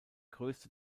größte